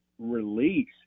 release